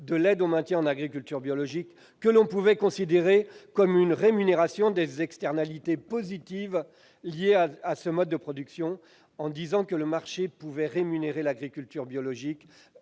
de l'aide au maintien en agriculture biologique, ... C'est faux !... que l'on pouvait considérer comme une rémunération des externalités positives liées à ce mode de production, en expliquant que le marché pouvait rémunérer l'agriculture biologique.